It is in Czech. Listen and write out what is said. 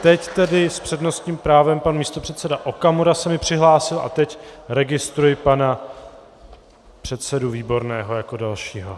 Teď tedy s přednostním právem pan místopředseda Okamura se mi přihlásil a teď registruji pana předsedu Výborného jako dalšího.